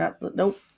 nope